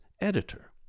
editor